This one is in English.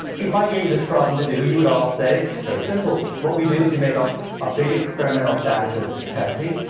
if i gave you this problem to do, you would all say, it's very simple. what we do is you make up a big experimental batch of pepsi,